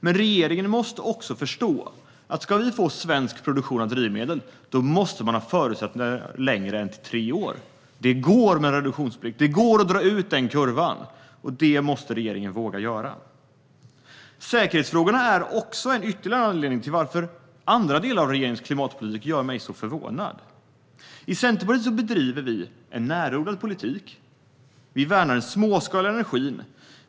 Men regeringen måste också förstå att om vi ska få svensk produktion av drivmedel måste förutsättningarna gälla längre än tre år. Det går med en reduktionsplikt. Det går att dra ut den kurvan, och det måste regeringen våga göra. Säkerhetsfrågorna är ytterligare en anledning till att delar av regeringens klimatpolitik gör mig så förvånad. Vi i Centerpartiet bedriver en närodlad politik. Vi värnar den småskaliga energin.